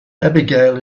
abigail